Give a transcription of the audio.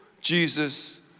Jesus